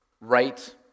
right